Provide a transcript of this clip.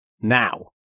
now